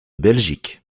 belgique